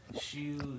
shoes